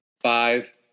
Five